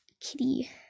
kitty